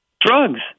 drugs